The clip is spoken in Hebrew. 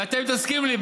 ואתם מתעסקים לי,